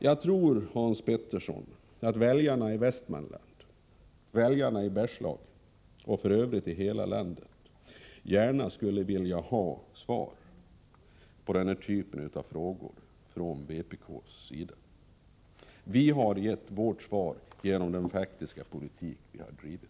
Jag tror, Hans Petersson, att väljarna i Västmanland, i Bergslagen och f. ö. i hela landet gärna skulle vilja ha svar från er i vpk på den typen av frågor. Vi har gett vårt svar genom den faktiska politik som vi har drivit.